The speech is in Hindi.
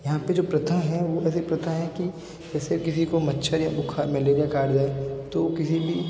यहाँ पे जो प्रथा हैं वो ऐसी प्रथा हैं कि जेसे किसी को मच्छर या बुख़ार मलेरिया काट जाए तो किसी भी